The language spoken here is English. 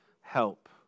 help